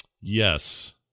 Yes